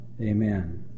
Amen